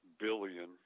billion